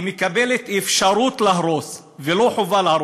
היא מקבלת אפשרות להרוס ולא חובה להרוס.